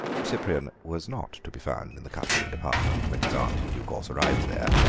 cyprian was not to be found in the cutlery department when his aunt in due course arrived there,